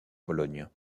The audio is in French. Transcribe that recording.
pologne